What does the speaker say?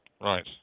Right